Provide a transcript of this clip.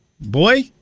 boy